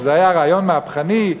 שזה היה רעיון מהפכני,